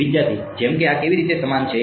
વિદ્યાર્થી જેમ કે આ કેવી રીતે સમાન છે